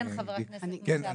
כן חבר הכנסת משה אבוטבול .